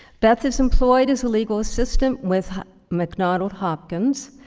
beth is employed as a legal assistant with mcdonald hopkins.